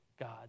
God